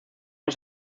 los